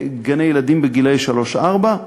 גני-ילדים לגילאי שלוש-ארבע.